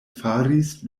faris